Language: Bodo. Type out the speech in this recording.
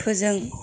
फोजों